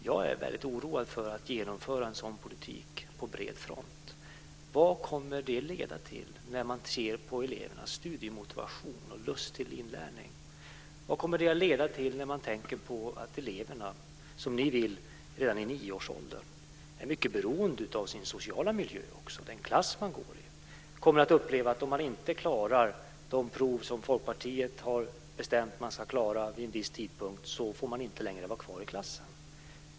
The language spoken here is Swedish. Jag är mycket oroad när det gäller att genomföra en sådan politik på bred front. Vad kommer det att leda till när man ser på elevernas studiemotivation och lust till inlärning? Vad kommer det att leda till när eleverna, som ni vill redan i nioårsåldern - om man betänker att de är mycket beroende av sin sociala miljö, den klass de går i - kommer att uppleva att om man inte klarar de prov som Folkpartiet har bestämt att man ska klara vid en viss tidpunkt får man inte längre vara kvar i klassen?